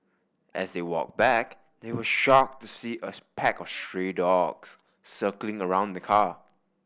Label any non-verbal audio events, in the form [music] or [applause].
as they walked back they were shocked to see a [unintelligible] pack of stray dogs circling around the car